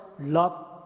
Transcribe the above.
love